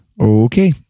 okay